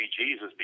Jesus